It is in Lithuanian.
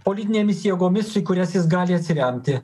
politinėmis jėgomis į kurias jis gali atsiremti